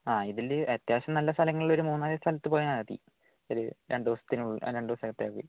ആ ഇതിൽ അത്യാവശ്യം നല്ല സ്ഥലങ്ങളിൽ ഒരു മൂന്ന് നാല് സ്ഥലത്ത് പോയാൽ മതി ഒരു രണ്ട് ദിവസത്തിനുള്ളിൽ ആ രണ്ട് ദിവസത്തേക്ക്